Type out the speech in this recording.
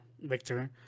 Victor